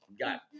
got